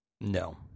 No